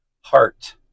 Heart